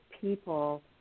people